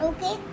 Okay